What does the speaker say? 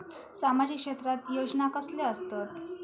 सामाजिक क्षेत्रात योजना कसले असतत?